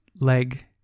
leg